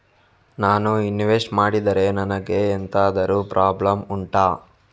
ನಾನು ಇನ್ವೆಸ್ಟ್ ಮಾಡಿದ್ರೆ ನನಗೆ ಎಂತಾದ್ರು ಪ್ರಾಬ್ಲಮ್ ಉಂಟಾ